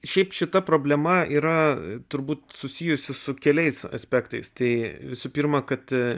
šiaip šita problema yra turbūt susijusi su keliais aspektais tai visų pirma kad